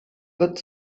wird